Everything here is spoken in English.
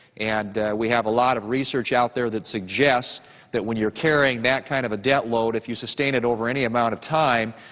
and we have a lot of research out there that suggests that when you're carrying that kind of a debt load, if you sustain it over any amount of time,